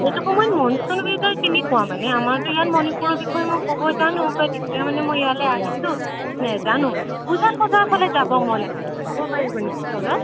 এইটো সময়ত monsoon weather কেনেকুৱা মানে আমাৰটো ইয়াত মণিপুৰৰ বিষয়ে মই ক'ব জানোঁ বাত এতিয়া মানে মই ইয়ালৈ আহিছোঁ নেজানোঁ মানে উজান বজাৰৰ ফালে যাব মন আছিল এতিয়া ক'ব পাৰিব নেকি অলপ